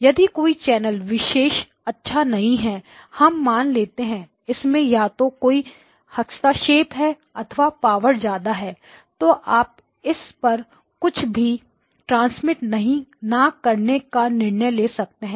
यदि कोई चैनल विशेष अच्छा नहीं है हम मान लेते हैं इसमें या तो कोई हस्तक्षेप है अथवा पावर ज्यादा है तो आप इस पर कुछ भी ट्रांसमिट ना करने का निर्णय ले सकते हैं